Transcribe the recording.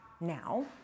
now